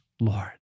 Lord